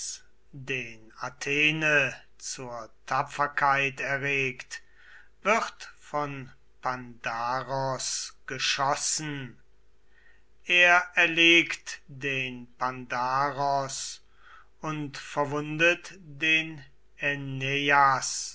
den athene zur tapferkeit erregt wird von pandaros geschossen er erlegt den pandaros und verwundet den